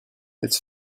its